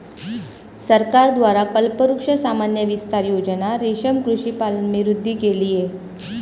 सरकार द्वारा कल्पवृक्ष सामान्य विस्तार योजना रेशम कृषि पालन में वृद्धि के लिए